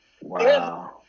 Wow